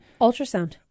Ultrasound